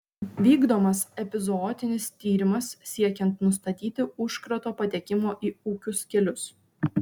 vykdomas epizootinis tyrimas siekiant nustatyti užkrato patekimo į ūkius kelius